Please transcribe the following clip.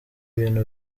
ibintu